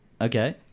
Okay